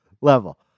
level